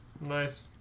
nice